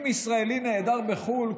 אם ישראלי נעדר בחו"ל,